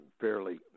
fairly